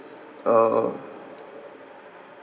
uh